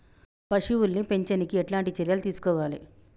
పశువుల్ని పెంచనీకి ఎట్లాంటి చర్యలు తీసుకోవాలే?